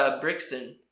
Brixton